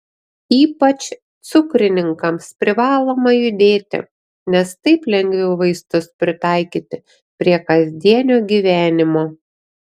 ypač cukrininkams privaloma judėti nes taip lengviau vaistus pritaikyti prie kasdienio gyvenimo